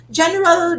general